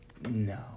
No